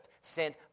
sent